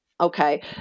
okay